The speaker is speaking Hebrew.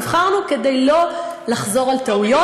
נבחרנו כדי לא לחזור על טעויות,